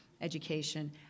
education